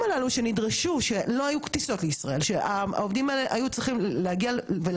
שהעובדים האלה היו צריכים להגיע ועבדו פה בישראל גם באופן לא חוקי,